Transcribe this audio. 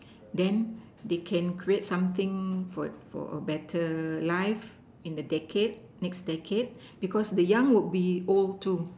then they can create something for for a better life in the decade next decade because the young will be old too